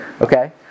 okay